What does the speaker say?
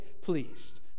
pleased